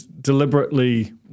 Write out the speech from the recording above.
deliberately